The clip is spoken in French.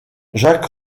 jack